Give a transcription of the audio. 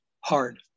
hard